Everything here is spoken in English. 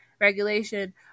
regulation